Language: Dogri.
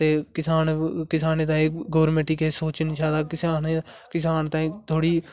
ते किसान किसाने दा इस गवर्नमेंट गी सोचना चाहिदा किसान तांई थोह्ड़ी